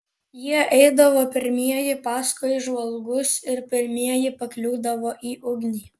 jie eidavo pirmieji paskui žvalgus ir pirmieji pakliūdavo į ugnį